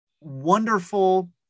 wonderful